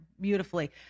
beautifully